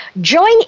Join